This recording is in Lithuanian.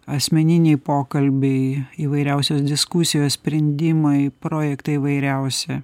asmeniniai pokalbiai įvairiausios diskusijos sprendimai projektai įvairiausi